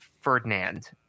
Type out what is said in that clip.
Ferdinand